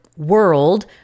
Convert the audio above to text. world